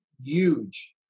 huge